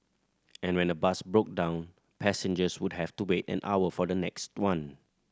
and when a bus broke down passengers would have to wait an hour for the next one